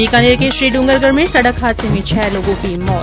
बीकानेर के श्रीडूंगरगढ में सड़क हादसे में छह लोगों की मौत